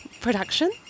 production